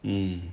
mm